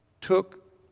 took